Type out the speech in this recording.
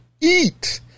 eat